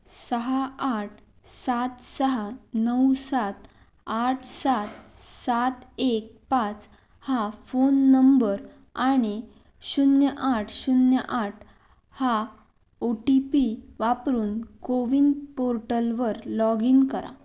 सहा आठ सात सहा नऊ सात आठ सात सात एक पाच हा फोन नंबर आणि शून्य आठ शून्य आठ हा ओ टी पी वापरून को विन पोर्टलवर लॉग इन करा